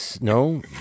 No